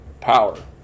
power